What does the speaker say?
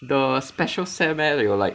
the special sem leh you will like